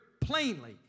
plainly